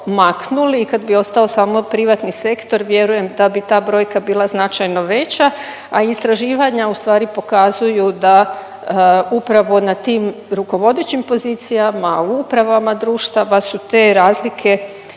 maknuli i kad bi ostao samo privatni sektor vjerujem da bi ta brojka bila značajno veća, a istraživanja ustvari pokazuju da upravo na tim rukovodećim pozicijama, u upravama društava su te razlike